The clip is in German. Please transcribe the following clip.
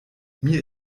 mir